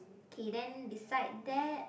okay then beside that